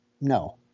no